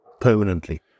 permanently